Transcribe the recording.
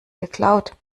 geklaut